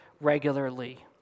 regularly